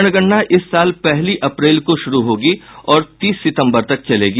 जनगणना इस साल पहली अप्रैल को शुरू होगी और तीस सितम्बर तक चलेगी